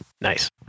nice